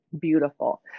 beautiful